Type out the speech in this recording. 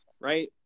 right